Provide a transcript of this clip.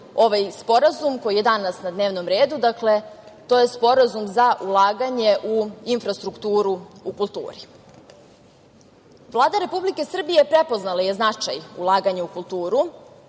ovaj sporazum koji je danas na dnevnom redu. Dakle, to je Sporazum za ulaganje u infrastrukturu u kulturi. Vlada Republike Srbije prepoznala je značaj ulaganja u kulturu,